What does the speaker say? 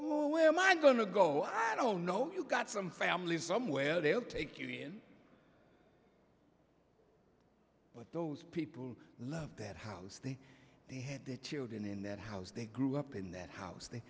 who am i going to go i don't know you've got some family somewhere they'll take you in but those people love that house they they had their children in that house they grew up in that house th